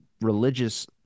religious